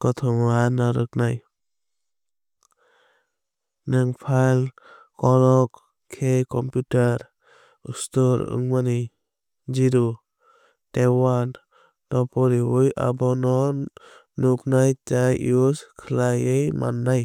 kokhuma narwknai. Nwng file kolok khe computer store wngmani 0s tei 1s no poriwi abo nwng nuknai tei use khwlaiwi mannai.